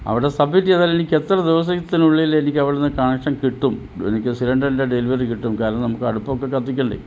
അവിടെ സബ്മിറ്റ് ചെയ്താൽ എനിക്ക് എത്ര ദിവസത്തിനുള്ളിൽ എനിക്ക് അവിടെ നിന്ന് കണക്ഷൻ കിട്ടും എനിക്ക് സിലിണ്ടറിൻ്റെ ഡെലിവറി കിട്ടും കാരണം നമുക്ക് അടുപ്പൊക്കെ കത്തിക്കണ്ടേ